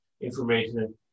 information